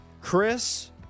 Chris